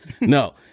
No